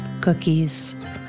cookies